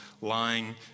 lying